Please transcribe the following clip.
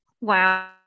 Wow